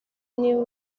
niba